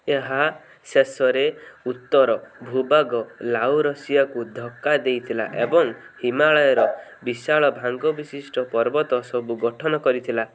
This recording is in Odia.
ଏହା ଶେଷରେ ଉତ୍ତର ଭୂଭାଗ ଲାଉରସିଆକୁ ଧକ୍କା ଦେଇଥିଲା ଏବଂ ହିମାଳୟର ବିଶାଳ ଭାଙ୍ଗ ବିଶିଷ୍ଟ ପର୍ବତ ସବୁ ଗଠନ କରିଥିଲା